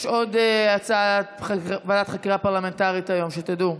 יש עוד הצעה לוועדת חקירה פרלמנטרית היום, שתדעו.